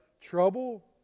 trouble